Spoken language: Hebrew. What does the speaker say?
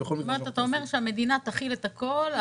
זאת אומרת אתה אומר שהמדינה תכיל את הכול,